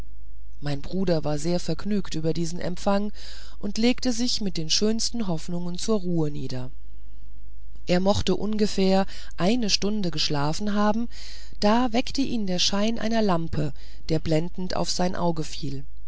mein bruder war sehr vergnügt über diesen empfang und legte sich mit den schönsten hoffnungen zur ruhe nieder er mochte ungefähr eine stunde geschlafen haben da weckte ihn der schein einer lampe der blendend auf sein auge fiel